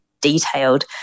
detailed